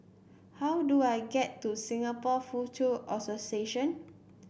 how do I get to Singapore Foochow Association